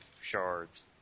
shards